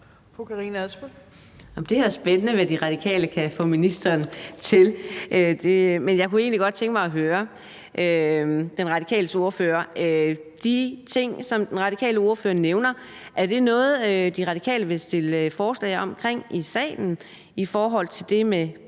Det er da spændende, hvad De Radikale kan få ministeren til. Men jeg kunne egentlig godt tænke mig at høre den radikale ordfører, om de ting, som den radikale ordfører nævner, er noget, De Radikale vil stille forslag om i salen, altså i forhold til det med